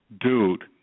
dude